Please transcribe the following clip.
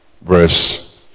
verse